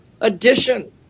edition